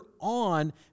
on